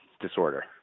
disorder